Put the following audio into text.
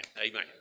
Amen